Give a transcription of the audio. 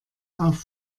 auf